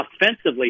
offensively